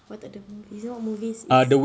!wah! takde movies what movies is